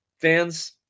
Fans